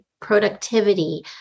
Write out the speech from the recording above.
productivity